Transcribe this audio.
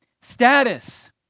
Status